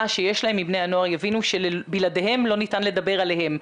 שיש להם מבני הנוער יבינו שבלעדיהם לא ניתן לדבר עליהם.